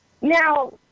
now